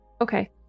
Okay